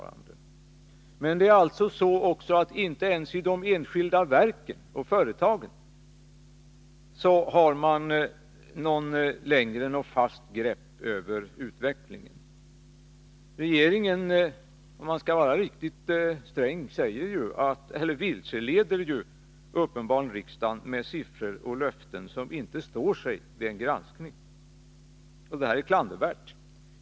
Men inte ens i de enskilda verken och företagen har man alltså längre något fast grepp över utvecklingen. Om man skall vara riktigt sträng kan man säga att regeringen uppenbarligen vilseleder riksdagen med siffror och löften som inte står sig vid en granskning. Det är klandervärt.